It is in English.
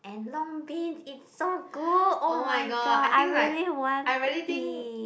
and long beans it's so good oh-my-god I really want to eat